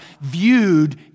viewed